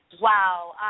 Wow